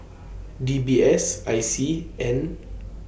D B S I C and